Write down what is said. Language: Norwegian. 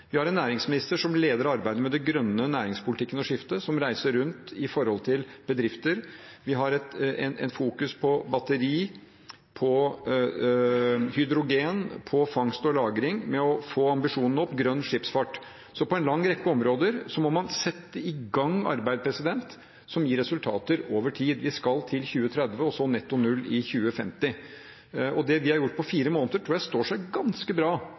Vi har en næringsminister som leder arbeidet med den grønne næringspolitikken og det grønne skiftet, og som reiser rundt til bedrifter. Vi fokuserer på batteri, på hydrogen, på fangst og lagring og på grønn skipsfart for å få ambisjonene opp. På en lang rekke områder må man sette i gang arbeid som gir resultater over tid. Vi skal til 2030 og så til netto null i 2050, og det vi har gjort på fire måneder, tror jeg står seg ganske bra